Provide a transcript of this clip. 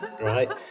Right